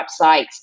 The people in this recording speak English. websites